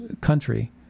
country